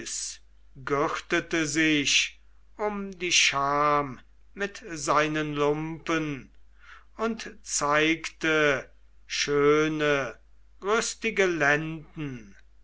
gürtete sich um die scham mit seinen lumpen und zeigte schöne rüstige lenden